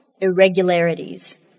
Irregularities